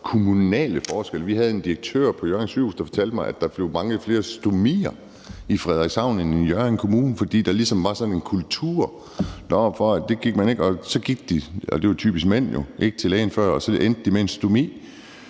kommunale forskelle. Vi havde en direktør på Hjørring sygehus, der fortalte mig, at der var mange flere med stomi i Frederikshavn end i Hjørring Kommune, fordi der ligesom var sådan en kultur for, at man ikke gik til læge – det var typisk mænd – før det var for sent, og så endte man med en stomi.